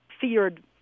feared